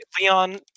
Leon